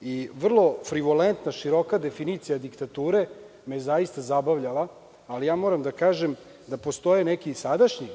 i vrlo frigolentna, široka definicija diktature me je zaista zabavljala, ali moram da kažem da postoje i neki sadašnji